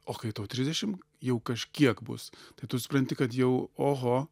o kai tau trisdešim jau kažkiek bus tai tu supranti kad jau oho